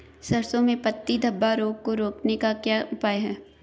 सरसों में पत्ती धब्बा रोग को रोकने का क्या उपाय है?